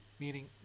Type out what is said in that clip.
Meaning